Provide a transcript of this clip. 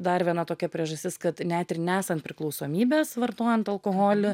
dar viena tokia priežastis kad net ir nesant priklausomybės vartojant alkoholį